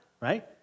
Right